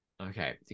Okay